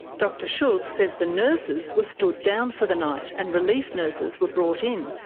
dr schultz says the nurses were stood down for the night, and relief nurses were brought in,